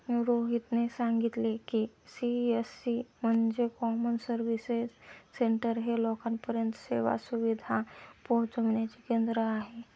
रोहितने सांगितले की, सी.एस.सी म्हणजे कॉमन सर्व्हिस सेंटर हे लोकांपर्यंत सेवा सुविधा पोहचविण्याचे केंद्र आहे